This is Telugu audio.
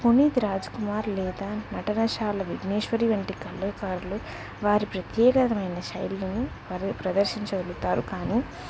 పునీత్ రాజ్ కుమార్ లేదా నటనశాల విగ్నేశ్వరి వంటి కళాకారులు వారి ప్రత్యేకతమైన శైలిని ప ప్రదర్శించగలుగుతారు కానీ